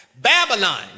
Babylon